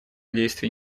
действий